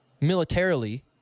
militarily